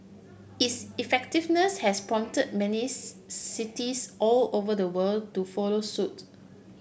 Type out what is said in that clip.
its effectiveness has prompted many cities all over the world to follow suit